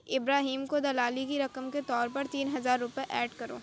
ابراہیم کو دلالی کی رقم کے طور پر تین ہزار روپے ایڈ کرو